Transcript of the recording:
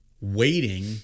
waiting